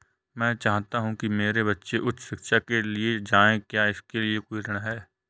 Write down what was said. मैं चाहता हूँ कि मेरे बच्चे उच्च शिक्षा के लिए जाएं क्या इसके लिए कोई ऋण है?